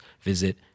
visit